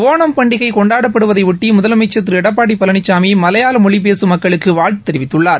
ஓணம் பண்டிகை கொண்டாடப்படுவதையொட்டி முதலமைச்சன் திரு எடப்பாடி பழனிசாமி மலையாள மொழி பேசும் மக்களுக்கு வாழ்த்து தெரிவித்துள்ளார்